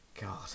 God